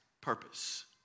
purpose